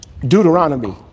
Deuteronomy